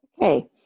Okay